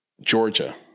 Georgia